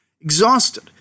Exhausted